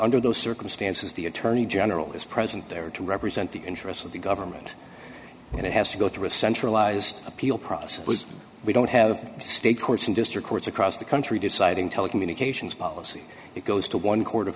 under those circumstances the attorney general is present there to represent the interests of the government and it has to go through a centralized appeal process we don't have state courts and district courts across the country deciding telecommunications policy it goes to one court of